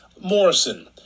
Morrison